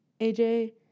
AJ